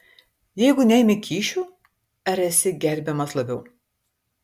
jeigu neimi kyšių ar esi gerbiamas labiau